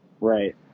Right